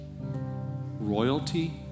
royalty